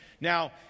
Now